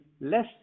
less